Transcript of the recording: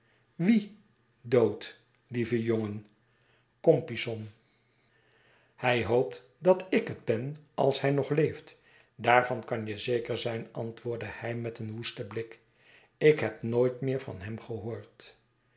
wie dood lieve jongen compeyson hij hoopt dat ik het ben als hij nog leeft daarvan kan je zeker zijn antwoordde hij met een woesten blik ik heb nooit meer van hem gehoord